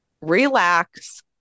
relax